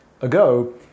ago